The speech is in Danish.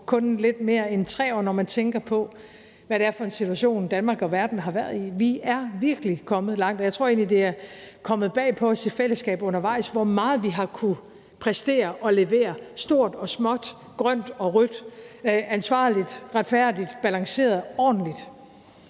kun lidt mere end 3 år, når man tænker på, hvad det er for en situation, Danmark og verden har været i. Vi er virkelig kommet langt, og jeg tror egentlig, det er kommet bag på os i fællesskab undervejs, hvor meget vi har kunnet præstere og levere – stort og småt, grønt og rødt, ansvarligt, retfærdigt, balanceret og ordentligt.